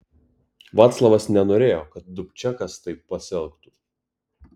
vaclavas nenorėjo kad dubčekas taip pasielgtų